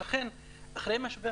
ולכן אחרי משבר